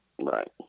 Right